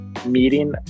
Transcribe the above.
meeting